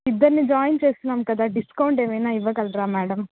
ఇద్దరిని జాయిన్ చేస్తున్నాము కదా డిస్కౌంట్ ఏమైనా ఇవ్వగలరా మేడం